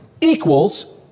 equals